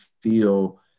feel